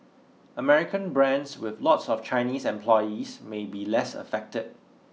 American brands with lots of Chinese employees may be less affected